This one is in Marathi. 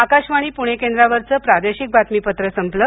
आकाशवाणी प्णे केंद्रावरचं प्रादेशिक बातमीपत्र संपलं